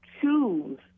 choose